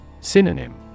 Synonym